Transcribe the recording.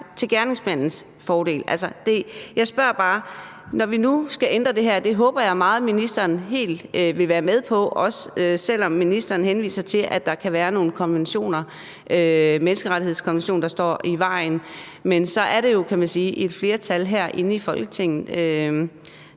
til gerningsmandens fordel? Jeg spørger bare, når vi nu skal ændre det her. Det håber jeg meget ministeren fuldt ud vil være med på, også selv om ministeren henviser til, at der kan være nogle konventioner, menneskerettighedskonventionen, der står i vejen. Men så er der jo, kan man sige, et flertal herinde i Folketinget,